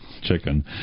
chicken